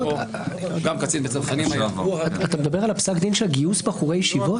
-- אתה מדבר על פסק הדין של גיוס בחורי הישיבות?